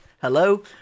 hello